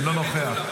אינו נוכח,